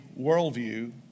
worldview